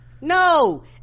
No